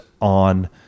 on